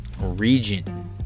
region